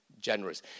generous